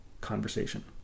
conversation